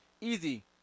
easy